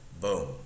Boom